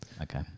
Okay